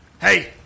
Hey